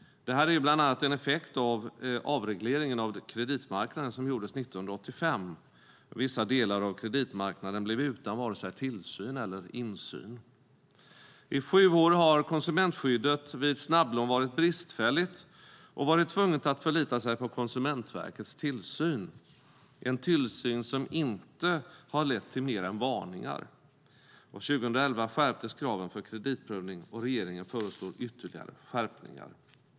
Det är bland annat en effekt av avregleringen av kreditmarknaden 1985, då vissa delar av kreditmarknaden blev utan både tillsyn och insyn. I sju år har konsumentskyddet vid snabblån varit bristfälligt och varit tvunget att förlita sig på Konsumentverkets tillsyn, en tillsyn som inte har lett till mer än varningar. År 2011 skärptes kraven för kreditprövning, och regeringen föreslår ytterligare skärpningar.